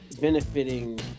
benefiting